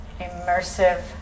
immersive